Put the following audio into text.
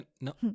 No